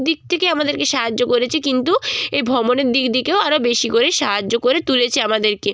দিক থেকে আমাদের সাহায্য করেছে কিন্তু এই ভ্রমণের দিক দিকেও আরো বেশি করে সাহায্য করে তুলেছে আমাদেরকে